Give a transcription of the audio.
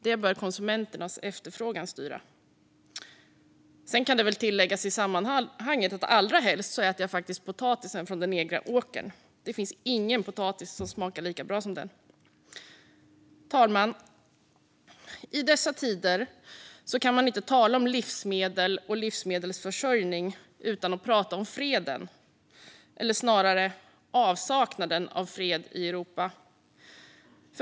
Det är konsumenternas efterfrågan som ska styra. I sammanhanget kan väl tilläggas att jag allra helst äter potatisen från den egna åkern. Det finns ingen potatis som smakar lika bra som den. Fru talman! I dessa tider kan man inte tala om livsmedel och livsmedelsförsörjning utan att tala om freden - eller snarare avsaknad av fred i Europa.